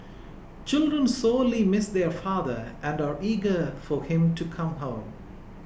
children sorely miss their father and are eager for him to come home